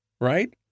Right